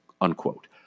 unquote